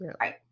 Right